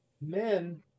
Men